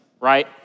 Right